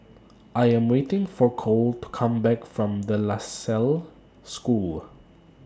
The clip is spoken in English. I Am waiting For Cole to Come Back from De La Salle School